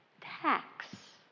tax